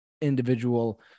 individual